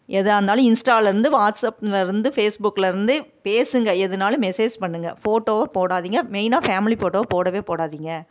எதாக இருந்தாலும் இன்ஸ்ட்டாவில இருந்து வாட்ஸ்ஆப்பில் இருந்து ஃபேஸ்புக்கில் இருந்து பேசுங்கள் எதுனாலும் மெசேஜ் பண்ணுங்கள் ஃபோட்டோவை போடாதிங்க மெயினாக ஃபேமிலி ஃபோட்டோவை போடவே போடாதிங்க